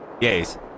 Yes